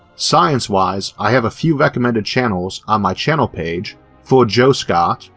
science-wise i have a few recommended channels on my channel page for joe scott,